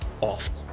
awful